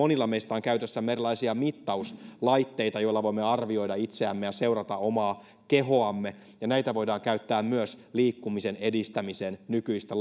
monilla meistä on käytössämme erilaisia mittauslaitteita joilla voimme arvioida itseämme ja seurata omaa kehoamme ja näitä voidaan käyttää myös liikkumisen edistämiseen nykyistä